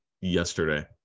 Yesterday